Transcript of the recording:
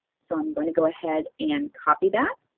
so i'm going to go ahead and copy that.